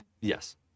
Yes